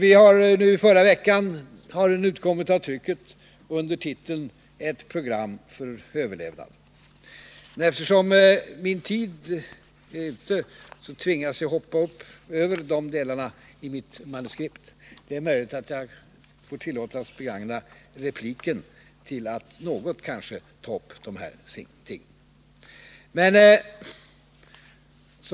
I förra veckan utkom från trycket dess slutrapport med titeln Ett program för överlevnad. Eftersom min taletid nu är ute, tvingas jag hoppa över de återstående delarna av mitt manuskript. Det är möjligt att jag tillåts begagna repliken till att något ta upp dessa ting.